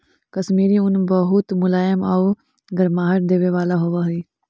कश्मीरी ऊन बहुत मुलायम आउ गर्माहट देवे वाला होवऽ हइ